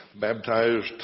baptized